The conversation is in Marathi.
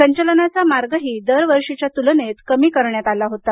संचलनाचा मार्गही दर वर्षीच्या तुलनेत कमी करण्यात आला होता